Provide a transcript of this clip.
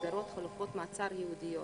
מסגרות חלופות מעצר ייעודיות.